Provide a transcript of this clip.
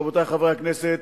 רבותי חברי הכנסת,